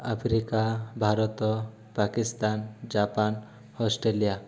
Africa Bharat Pakistan Japan Australia